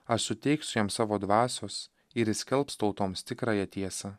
aš suteiksiu jam savo dvasios ir jis skelbs tautoms tikrąją tiesą